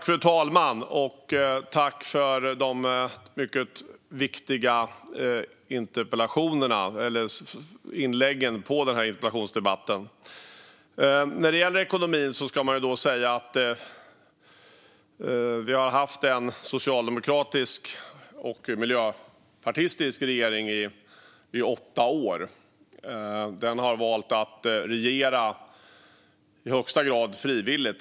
Fru talman! Tack för de mycket viktiga inläggen i interpellationsdebatten! När det gäller ekonomin har vi haft en socialdemokratisk och miljöpartistisk regering i åtta år. Den har valt att i högsta grad regera frivilligt.